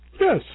Yes